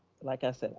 like i said,